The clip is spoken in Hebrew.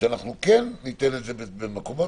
שאנחנו כן ניתן את זה בחריג,